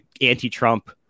anti-trump